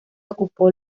ocupó